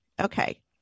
Okay